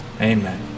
Amen